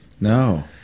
No